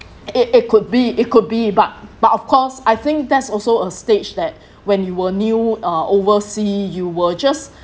it it could be it could be but but of course I think that's also a stage that when you were new uh oversea you will just